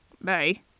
Bye